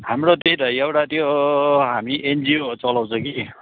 हाम्रो त्यही त एउटा त्यो हामी एनजिओ चलाउँछौँ कि